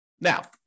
Now